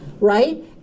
right